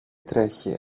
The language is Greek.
τρέχει